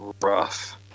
rough